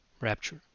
Rapture